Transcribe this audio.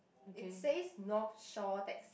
it says North-Shore decks